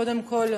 קודם כול,